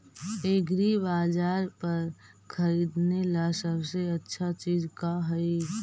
एग्रीबाजार पर खरीदने ला सबसे अच्छा चीज का हई?